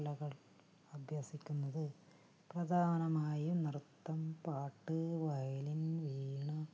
കലകൾ അഭ്യസിക്കുന്നത് പ്രധാനമായും നൃത്തം പാട്ട് വയലിൻ വീണ